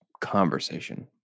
conversation